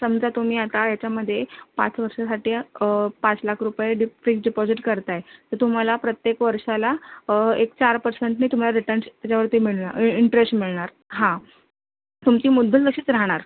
समजा तुम्ही आता याच्यामध्ये पाच वर्षांसाठी अ पाच लाख रुपये डि फिक्स्ड डिपॉझिट करत आहे तर तुम्हाला प्रत्येक वर्षाला एक चार पर्सेंटने तुम्हाला रिटर्न्स त्याच्यावरती मिळणा इ इंटरेश्ट मिळणार हां तुमची मुद्दल तशीच राहणार